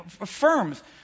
affirms